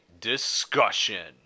Discussion